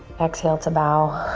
exhale to bow.